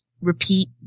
repeat